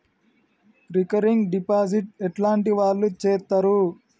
Recurring deposit ఎట్లాంటి వాళ్లు చేత్తరు?